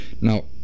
Now